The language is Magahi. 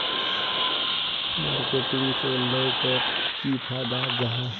मार्केटिंग से लोगोक की फायदा जाहा?